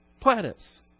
Planets